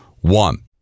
one